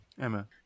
Emma